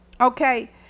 okay